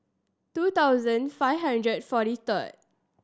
two thousand five hundred and forty third